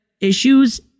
issues